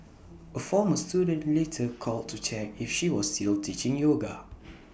A former student later called to check if she was still teaching yoga